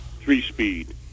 three-speed